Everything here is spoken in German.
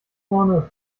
vorne